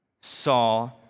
saw